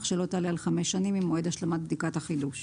שלא תעלה על חמש שנים מועד השלמת בדיקת החידוש.